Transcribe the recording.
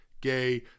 gay